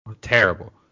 terrible